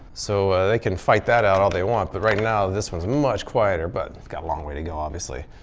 so they can fight that out all they want but right now this one is much quieter, but we've got a long way to go obviously.